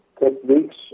techniques